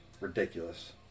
ridiculous